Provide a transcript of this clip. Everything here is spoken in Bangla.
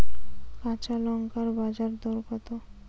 কাঁচা লঙ্কার বাজার দর কত?